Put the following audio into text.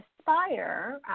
Aspire